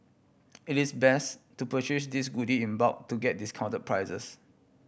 it is best to purchase these goody in bulk to get discount prices